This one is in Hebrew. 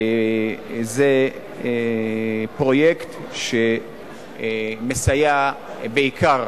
זה פרויקט שמסייע בעיקר,